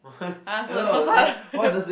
I answer the first one